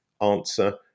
answer